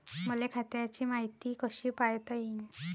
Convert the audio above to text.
मले खात्याची मायती कशी पायता येईन?